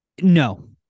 No